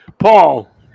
Paul